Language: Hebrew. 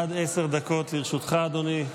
עד עשר דקות לרשותך, אדוני.